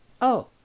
Oh